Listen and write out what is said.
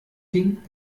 ding